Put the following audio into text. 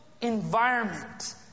environment